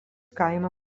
kaimą